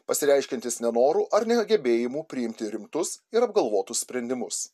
pasireiškiantis nenoru ar negebėjimu priimti rimtus ir apgalvotus sprendimus